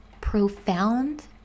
profound